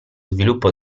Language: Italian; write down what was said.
sviluppo